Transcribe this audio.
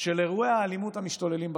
של אירועי אלימות משתוללים ברחובות.